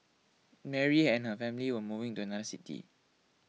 Mary and her family were moving to another city